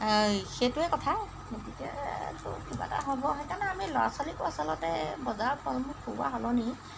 সেইটোৱে কথা গতিকেতো কিবা এটা হ'ব সেইকাৰণে আমি ল'ৰা ছোৱালীকো আচলতে বজাৰৰ ফল মূল খুওৱাৰ সলনি